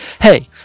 hey